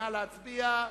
נא להצביע.